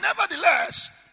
nevertheless